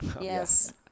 Yes